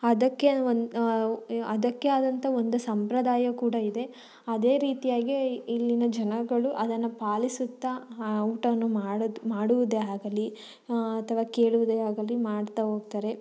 ಅದಕ್ಕೆ ಒನ್ ಅದಕ್ಕೆ ಆದಂಥ ಒಂದು ಸಂಪ್ರದಾಯ ಕೂಡ ಇದೆ ಅದೇ ರೀತಿಯಾಗಿ ಇಲ್ಲಿನ ಜನಗಳು ಅದನ್ನು ಪಾಲಿಸುತ್ತಾ ಆ ಊಟವನ್ನು ಮಾಡುದು ಮಾಡುವುದೇ ಆಗಲಿ ಅಥವಾ ಕೇಳುವುದೇ ಆಗಲಿ ಮಾಡ್ತಾ ಹೋಗ್ತಾರೆ